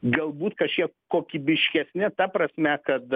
galbūt kažkiek kokybiškesni ta prasme kad